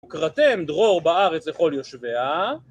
קראתם דרור בארץ לכל יושביה?